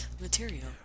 material